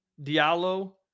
Diallo